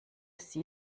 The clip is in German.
sie